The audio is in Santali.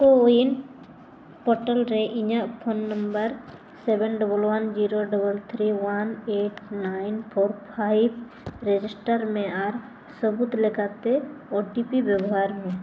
ᱠᱳᱼᱩᱭᱤᱱ ᱯᱳᱨᱴᱟᱞ ᱨᱮ ᱤᱧᱟᱹᱜ phone number seven double one zero double three one eight one five register ᱢᱮ ᱥᱟᱹᱵᱩᱫᱽ ᱞᱮᱠᱟᱛᱮ ᱳ ᱴᱤ ᱯᱤ ᱵᱮᱵᱚᱦᱟᱨ ᱢᱮ